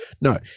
No